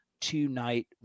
tonight